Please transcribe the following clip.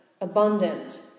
abundant